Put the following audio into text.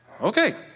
Okay